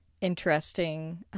interesting